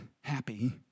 happy